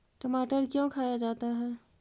टमाटर क्यों खाया जाता है?